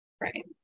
Right